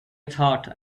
thought